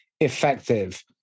effective